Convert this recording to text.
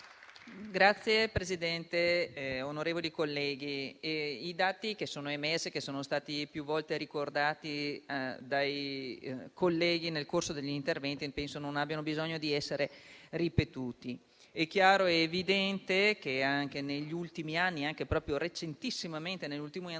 Presidente, onorevoli colleghi, i dati che sono emersi e sono stati più volte ricordati dai colleghi nel corso degli interventi penso non abbiano bisogno di essere ripetuti. È chiaro ed evidente che negli ultimi anni, e anche proprio recentissimamente nell'ultimo anno,